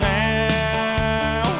now